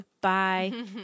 bye